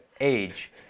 age